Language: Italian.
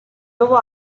nuovo